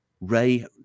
Ray